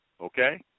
okay